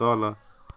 तल